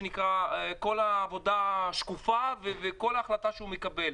מבדיקה ומכל העבודה השקופה, וכל החלטה שהוא מקבל.